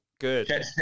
Good